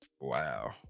Wow